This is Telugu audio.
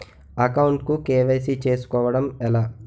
అకౌంట్ కు కే.వై.సీ చేసుకోవడం ఎలా?